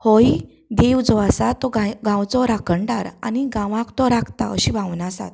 होय देव जो आसा तो गां गांवचो राखणदार आनी गांवांक तो राखता अशी भावना आसात